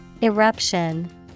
Eruption